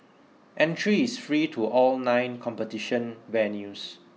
entry is free to all nine competition venues